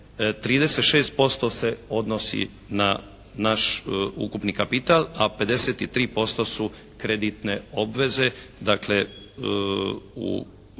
36% se odnosi na naš ukupni kapital a 53% su kreditne obveze